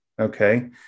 Okay